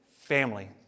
family